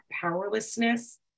powerlessness